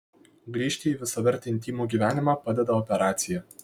grįžti į visavertį intymų gyvenimą padeda operacija